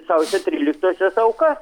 sausio tryliktosios aukas